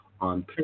on